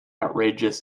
outrageous